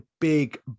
big